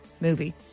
movie